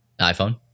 iphone